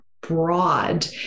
broad